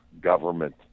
government